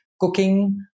cooking